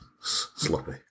sloppy